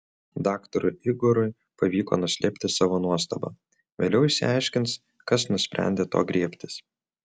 daktarui igorui pavyko nuslėpti savo nuostabą vėliau išsiaiškins kas nusprendė to griebtis